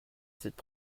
cette